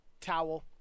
Towel